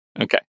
Okay